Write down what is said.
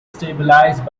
stabilized